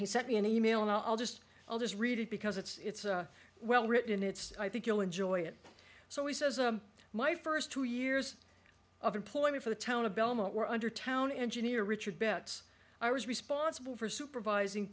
he sent me an email and i'll just i'll just read it because it's a well written it's i think you'll enjoy it so he says a my first two years of employment for the town of belmont were under town engineer richard betts i was responsible for supervising